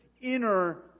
inner